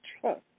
trust